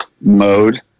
mode